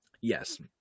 yes